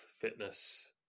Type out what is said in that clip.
fitness